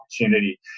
opportunity